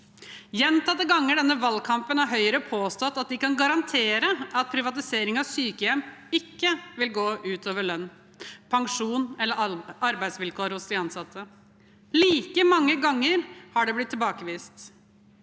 Gjentatte ganger denne valgkampen har Høyre påstått at de kan garantere at privatisering av sykehjem ikke vil gå ut over lønn, pensjon eller arbeidsvilkår for de ansatte. Like mange ganger har det blitt tilbakevist.